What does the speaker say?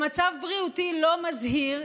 במצב בריאותי לא מזהיר.